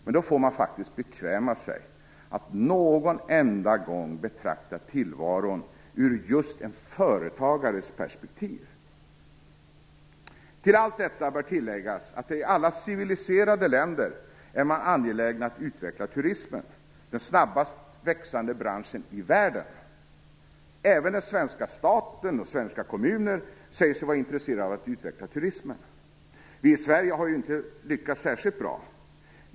Men då får man faktiskt bekväma sig att någon enda gång betrakta tillvaron ur just en företagares perspektiv. Till allt detta bör tilläggas att man i alla civiliserade länder är angelägen att utveckla turismen, den snabbast växande branschen i världen. Även den svenska staten och svenska kommuner säger sig vara intresserade av att utveckla turismen. Vi i Sverige har inte lyckats särskilt bra.